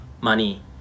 money